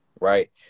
right